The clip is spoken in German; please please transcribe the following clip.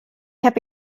habe